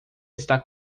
está